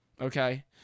Okay